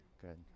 Good